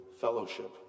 fellowship